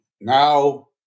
now